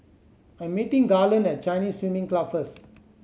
I'm meeting Garland at Chinese Swimming Club first